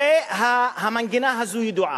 הרי המנגינה הזאת ידועה.